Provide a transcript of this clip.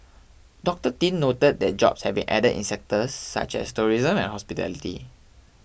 Doctor Tin noted that jobs had been added in sectors such as tourism and hospitality